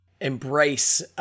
embrace